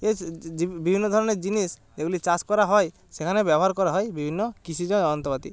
এ বিভিন্ন ধরনের জিনিস এগুলি চাষ করা হয় সেখানে ব্যবহার করা হয় বিভিন্ন কৃষিজ যন্ত্রপাতি